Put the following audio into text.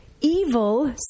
evil